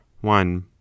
one